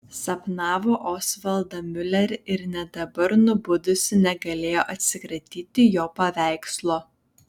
sapnavo osvaldą miulerį ir net dabar nubudusi negalėjo atsikratyti jo paveikslo